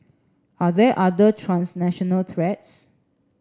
are there other transnational threats